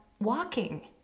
walking